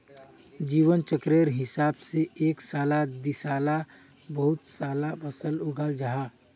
जीवन चक्रेर हिसाब से एक साला दिसाला बहु साला फसल उगाल जाहा